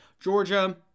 Georgia